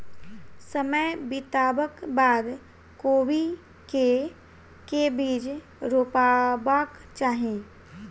समय बितबाक बाद कोबी केँ के बीज रोपबाक चाहि?